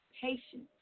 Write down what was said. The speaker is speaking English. patience